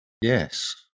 Yes